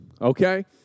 okay